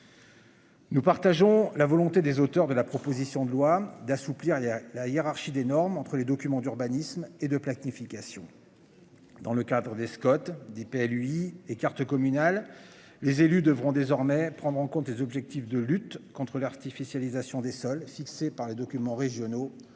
Nous partageons la volonté des auteurs de la proposition de loi d'assouplir. Il y a la hiérarchie des normes entre les documents d'urbanisme et de planification. Dans le cadre des Scott des épais lui écarte communale. Les élus devront désormais prendre en compte les objectifs de lutte contre l'artificialisation des sols fixé par les documents régionaux